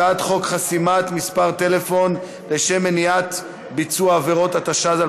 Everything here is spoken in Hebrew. הצעת החוק חוזרת לדיון בוועדת הפנים